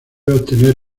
obtener